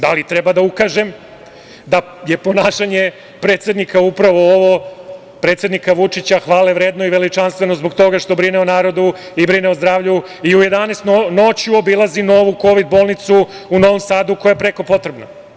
Da li treba da ukažem da je ponašanje predsednika upravo ovo, predsednika Vučića hvale vredno i veličanstveno zbog toga što brine o narodu i brine o zdravlju i u 11 noću obilazi novu kovid bolnicu u Novom Sadu, koja je preko potrebna?